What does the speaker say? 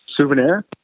souvenir